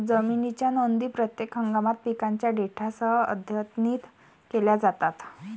जमिनीच्या नोंदी प्रत्येक हंगामात पिकांच्या डेटासह अद्यतनित केल्या जातात